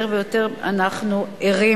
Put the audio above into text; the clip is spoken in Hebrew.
יותר ויותר אנחנו ערים